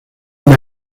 una